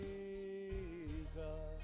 Jesus